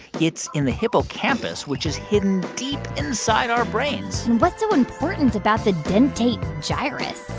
it's in the hippocampus, which is hidden deep inside our brains what's so important about the dentate gyrus?